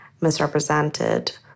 misrepresented